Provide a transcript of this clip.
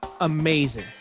amazing